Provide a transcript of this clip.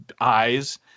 eyes